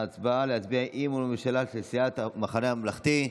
ההצעה להביע אי-אמון בממשלה של סיעת המחנה הממלכתי.